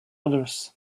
others